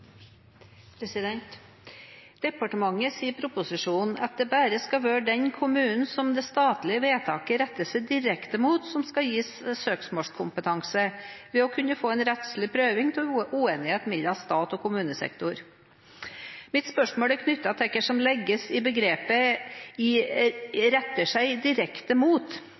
Departementet sier i proposisjonen at det bare skal være den kommunen som det statlige vedtaket «direkte rettar seg mot», som skal gis søksmålskompetanse, det å kunne få en rettslig prøving av uenighet mellom stat og kommunesektor. Mitt spørsmål er knyttet til hva som legges i begrepet «direkte rettar seg mot».